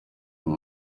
uwo